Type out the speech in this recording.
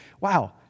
wow